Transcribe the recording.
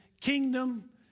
kingdom